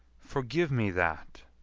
forgive me that,